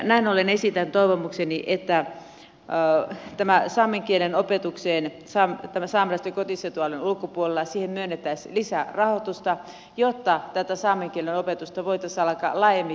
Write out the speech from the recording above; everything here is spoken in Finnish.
näin ollen esitän toivomukseni että tähän saamen kielen opetukseen saamelaisten kotiseutualueen ulkopuolella myönnettäisiin lisärahoitusta jotta tätä saamen kielen opetusta voitaisiin alkaa laajemminkin harjoittamaan